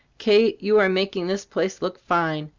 kate, you are making this place look fine.